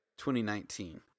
2019